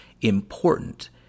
important